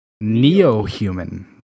neo-human